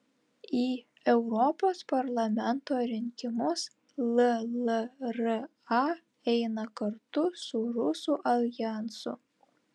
į europos parlamento rinkimus llra eina kartu su rusų aljansu